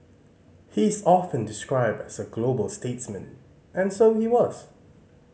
he is often described as a global statesman and so he was